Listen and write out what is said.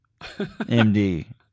MD